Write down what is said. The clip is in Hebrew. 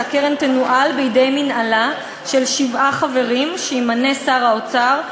שהקרן תנוהל בידי מינהלה של שבעה חברים שימנה שר האוצר,